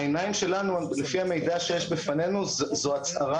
בעיניים שלנו לפי המידע שיש בפנינו זו הצהרה